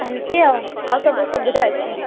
ଏମିତି ଆଉ ଆଉ ସବୁ ସୁବିଧା ଅଛି